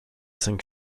cinq